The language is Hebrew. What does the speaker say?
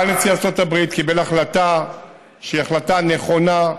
בא נשיא ארצות הברית וקיבל החלטה שהיא החלטה נכונה,